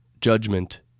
judgment